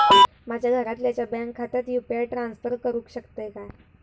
माझ्या घरातल्याच्या बँक खात्यात यू.पी.आय ट्रान्स्फर करुक शकतय काय?